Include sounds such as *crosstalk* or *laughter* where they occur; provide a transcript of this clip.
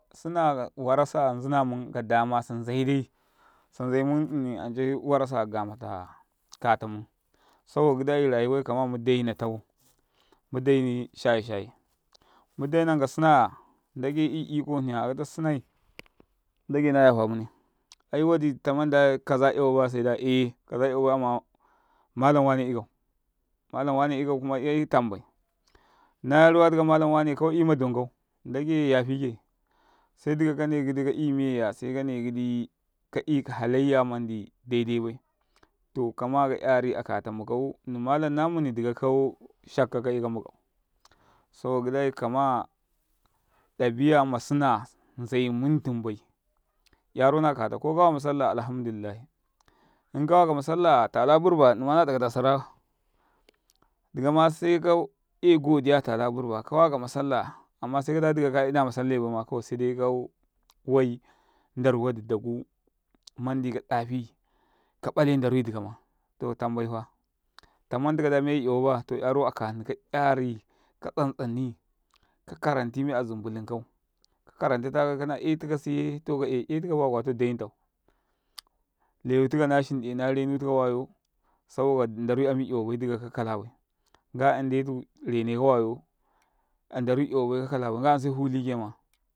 Sina warasa nzina mungam sa nzaidai sanzai mun ancai warasa mutta kata mun saboka gidai rayuwai kama mun saboka gidai rayuwai kama mu luk natau. Mu luke shaye-shaye mu lukuwanka sina ya ndagai iko hni ya akata sinai ndagai na yafa mune aiwada tamanda kaza 'yawa baya seda e kaza 'yawabaya amma malam wane ikau. Malam wane ikau kuma 'yai tambai maruwa tikau kamalan wame hma i ma donkau ndagai yafike. Sekanai dikau kai meyya ka 'yafike sekanai dikau kai meyya ka 'yika halaiya mandi turbai to kama kayari akat mukau ndni ma ma malam namuni dika yari akat mukau ndni ma malam namuni dika kau kashakkau ka ekau mukau Saboka gidai kama dabai mashinan zai mun tumbai 'yarona katau ko kawa masaitta alhamdu lillah inka wakama sallaya tala brbannima nala sakata burba dukama se kau 'yai godiya atala burba kwakama salla amma sekada dika kada ka ina masailai baima se kawai ndara wadi dagu mandi ka dafi dikama 'yaru aka hni ka 'yari ka ka karanti mey a zumbulum tikau ka karantika lukunta, *noise* leutika nashinde narenutika wayo saboka ndaruy ami 'yawabai dikau kakalabai 'yawabai dika kakala bai to se fulikema.